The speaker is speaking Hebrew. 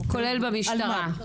כולל במשטרה.